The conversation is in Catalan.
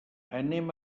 anem